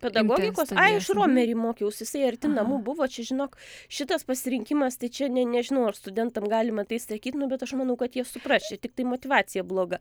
pedagogikos aj aš romery mokiaus jisai arti namų buvo čia žinok šitas pasirinkimas tai čia ne nežinau ar studentam galima tai sakyt nu bet aš manau kad jie supras tiktai motyvacija bloga